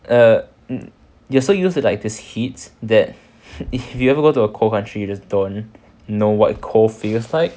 you're so used to like this heat that if you ever go to a cold country you just don't know what cold feels like